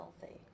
healthy